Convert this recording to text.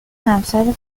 همسر